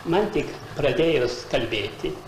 man tik pradėjus kalbėti